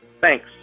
Thanks